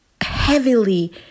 heavily